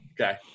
Okay